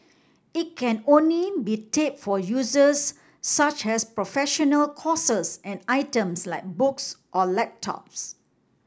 it can only be tap for uses such as professional courses and items like books or laptops